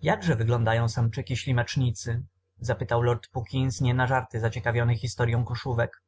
jakże wyglądają samczyki ślimacznicy zapytał lord puckins nie na żarty zaciekawiony historyą koszówek